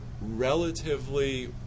relatively